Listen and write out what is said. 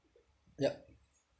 yup